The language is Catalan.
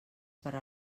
per